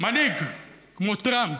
מנהיג כמו טראמפ,